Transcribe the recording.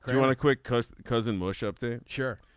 you want a quick cause cousin bush up the chair.